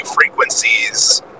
frequencies